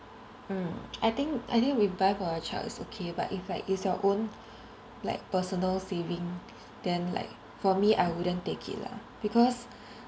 mm I think I think we buy for our child is okay but if like is your own like personal savings then like for me I wouldn't take it lah because